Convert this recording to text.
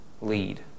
lead